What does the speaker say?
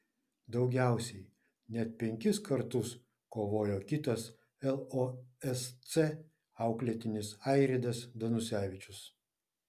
daugiausiai net penkis kartus kovojo kitas losc auklėtinis airidas danusevičius